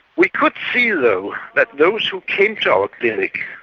we could see though that those who came to our clinic,